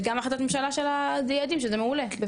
וגם החלטת הממשלה של היעדים, שזה מעולה.